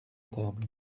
table